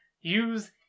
Use